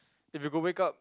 if you could wake up